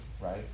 right